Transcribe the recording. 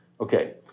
Okay